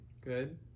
Good